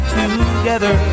together